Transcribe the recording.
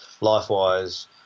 life-wise